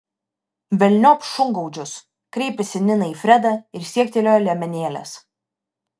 velniop šungaudžius kreipėsi nina į fredą ir siektelėjo liemenėlės